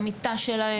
במיטה שלהם,